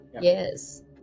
yes